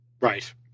Right